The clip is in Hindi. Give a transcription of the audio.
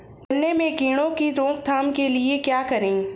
गन्ने में कीड़ों की रोक थाम के लिये क्या करें?